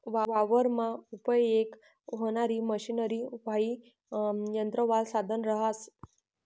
वावरमा उपयेग व्हणारी मशनरी हाई यंत्रवालं साधन रहास